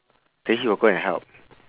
then he will go and help